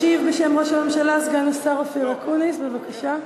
ישיב בשם ראש הממשלה סגן השר אופיר אקוניס, בבקשה.